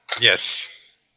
Yes